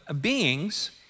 beings